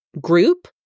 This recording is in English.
group